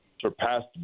surpassed